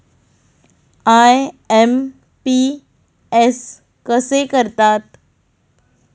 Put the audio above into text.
IMPS कसे करतात?